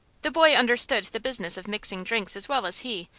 the boy understood the business of mixing drinks as well as he,